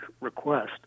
request